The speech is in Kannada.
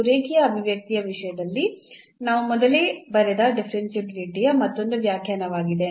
ಇದು ರೇಖೀಯ ಅಭಿವ್ಯಕ್ತಿಯ ವಿಷಯದಲ್ಲಿ ನಾವು ಮೊದಲೇ ಬರೆದ ಡಿಫರೆನ್ಷಿಯಾಬಿಲಿಟಿಯ ಯ ಮತ್ತೊಂದು ವ್ಯಾಖ್ಯಾನವಾಗಿದೆ